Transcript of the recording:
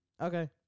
Okay